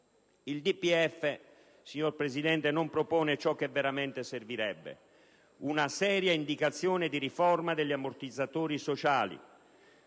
Il DPEF, signor Presidente, non propone ciò che veramente servirebbe, una seria indicazione di riforma degli ammortizzatori sociali,